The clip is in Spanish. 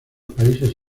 países